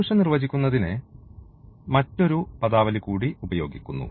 solution നിർവചിക്കുന്നതിന് മറ്റൊരു പദാവലി കൂടി ഉപയോഗിക്കുന്നു